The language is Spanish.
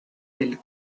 del